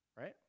right